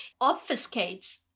obfuscates